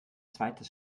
zweites